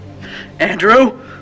Andrew